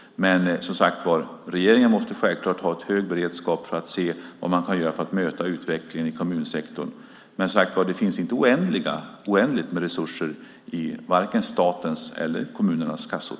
Regeringen måste självklart ha hög beredskap för att se vad man kan göra för att möta utvecklingen i kommunsektorn. Det finns dock inte oändliga resurser i vare sig statens eller kommunernas kassor.